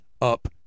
up